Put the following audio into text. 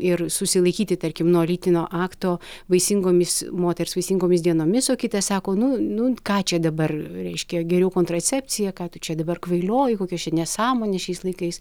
ir susilaikyti tarkim nuo lytinio akto vaisingomis moters vaisingomis dienomis o kitas sako nu nu ką čia dabar reiškia geriau kontracepcija ką tu čia dabar kvailioji kokios čia nesąmonės šiais laikais